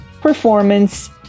performance